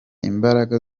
imbaraga